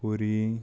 Puri